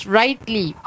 rightly